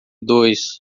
dois